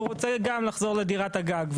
והוא רוצה גם לחזור לדירת הגג,